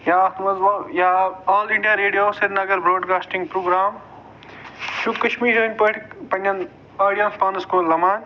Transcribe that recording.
یا اَتھ منٛز وۅنۍ یا all India radio Srinagar broadcasting programme یہِ چھُ کَشمیٖرِی پٲٹھۍ پَنٕنٮ۪ن آڈینَس پانَس کُن لَمان